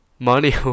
Money